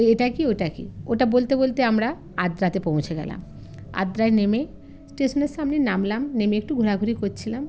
এটা কী ওটা কী ওটা বলতে বলতে আমরা আদ্রাতে পৌঁছে গেলাম আদ্রায় নেমে স্টেশনের সামনে নামলাম নেমে একটু ঘোরাঘুরি করছিলাম